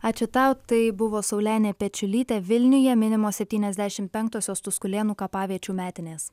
ačiū tau tai buvo saulenė pečiulytė vilniuje minimos septyniasdešim penktosios tuskulėnų kapaviečių metinės